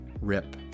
Rip